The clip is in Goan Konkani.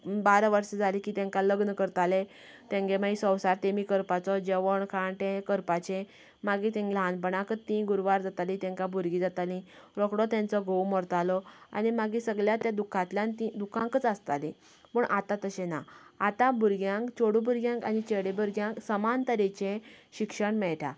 बारां वर्सां जाली की तेंकां लग्न करताले तेंगे मागीर संवसार तेमी करपाचो जेवण खाण तें करपाचे मागीर तेंगे ल्हानपणांतच ती गुरवार जाताली तेंकां भुरगीं जातालीं रोखडोच तेंचो घोव मरतालो आनी मगीर सगळ्यांत ती दुख्खांतल्यान ती दुख्खांतच आसतालीं पूण आतां तशें ना आता भुरग्यांक चेडूं भुरग्यांक आनी चेडे भुरग्यांक समान तरेचें शिक्षण मेळटा